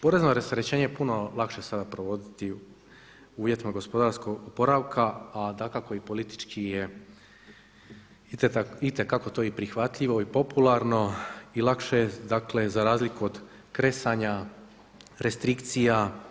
Porezno rasterećenje puno lakše je sada provoditi u uvjetima gospodarskog oporavka a dakako i politički je itekako i to prihvatljivo i popularno i lakše je dakle za razliku od kresanja restrikcija.